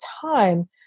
time